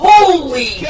Holy